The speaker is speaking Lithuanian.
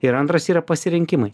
ir antras yra pasirinkimai